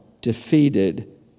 defeated